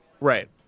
Right